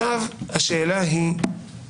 השאלה מה קורה